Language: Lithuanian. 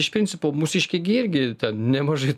iš principo mūsiškiai gi irgi nemažai